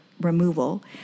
removal